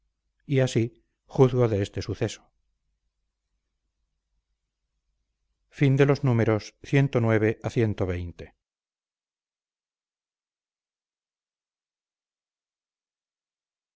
y así juzgo de este suceso